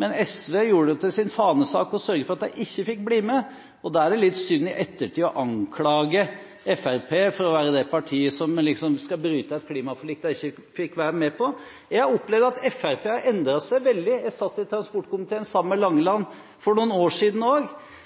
men SV gjorde det til sin fanesak å sørge for at de ikke fikk bli med. Da er det litt synd i ettertid å anklage Fremskrittspartiet for å være det partiet som bryter et klimaforlik de ikke fikk være med på. Jeg har opplevd at Fremskrittspartiet har endret seg veldig – jeg satt i transportkomiteen sammen med Langeland for noen år siden også – og